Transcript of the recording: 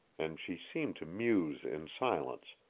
and she seemed to muse in silence,